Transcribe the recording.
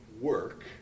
work